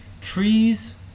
trees